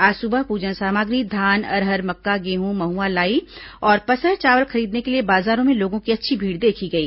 आज सुबह प्रजन सामग्री धान अरहर मक्का गेहूं महुआ लाई और पसहर चावल खरीदने के लिए बाजारों में लोगों की अच्छी भीड़ देखी गई